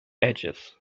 edges